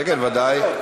כן כן, ודאי.